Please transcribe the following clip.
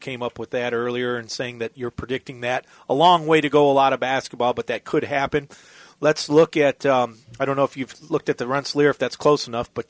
came up with that earlier and saying that you're predicting that a long way to go a lot of basketball but that could happen let's look at i don't know if you've looked at the roughly or if that's close enough but